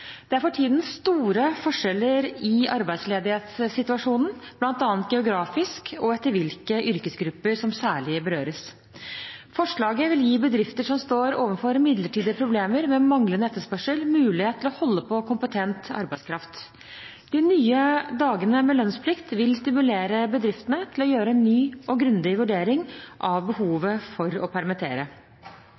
Det er for tiden store forskjeller i arbeidsledighetssituasjonen, bl.a. geografisk og etter hvilke yrkesgrupper som særlig berøres. Forslaget vil gi bedrifter som står overfor midlertidige problemer med manglende etterspørsel, mulighet til å holde på kompetent arbeidskraft. De nye dagene med lønnsplikt vil stimulere bedriftene til å gjøre en ny og grundig vurdering av behovet for å permittere.